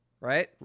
Right